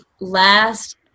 last